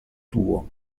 tuo